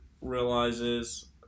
realizes